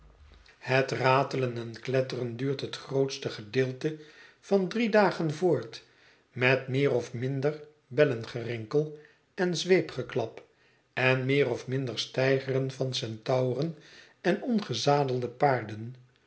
het ratelen en kletteren duurt het grootste gedeelte van drie dagen voort met meer of minder bellengerinkel en zweepgeklap en meer of minder steigeren van centauren en ongezadelde paarden